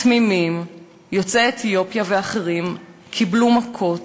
תמימים יוצאי אתיופיה ואחרים קיבלו מכות,